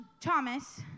Thomas